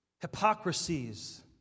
Hypocrisies